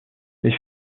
mais